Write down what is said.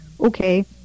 okay